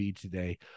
today